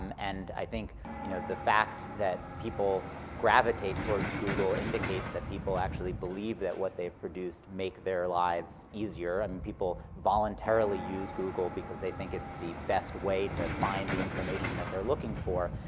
um and i think you know the fact that people gravitate towards google indicates that people actually believe that what they've produced make their lives easier. and people voluntarily use google because they think it's the best way to find the information that they're looking for.